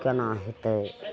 कोना हेतै